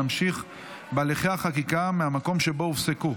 נמשיך בהליכי החקיקה מהמקום שבו הופסקו.